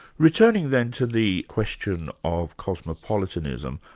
returning then to the question of cosmopolitanism,